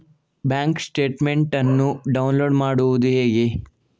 Bank statement ಅನ್ನು download ಮಾಡುವುದು ಹೇಗೆ?